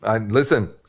Listen